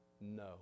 No